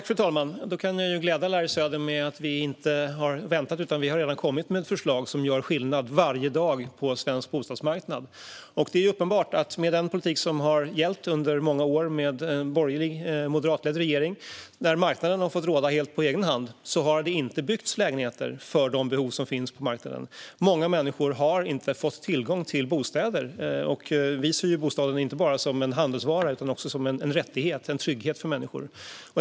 Fru talman! Jag kan glädja Larry Söder med att vi inte har väntat utan redan har kommit med förslag som varje dag gör skillnad på svensk bostadsmarknad. Med den politik som har gällt under många år med borgerlig och moderatledd regering, där marknaden har fått råda helt på egen hand, är det uppenbart att lägenheter inte har byggts för de behov som finns på marknaden. Många människor har inte fått tillgång till bostäder. Vi ser inte bostaden bara som en handelsvara utan också som en rättighet, en trygghet, för människor.